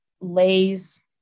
lays